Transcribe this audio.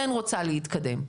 כן רוצה להתקדם.